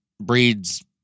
breeds